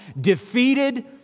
defeated